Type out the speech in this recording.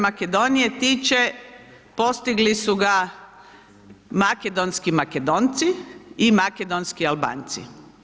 Makedonije tiče, postigli su ga makedonski Makedonci i makedonski Albanci.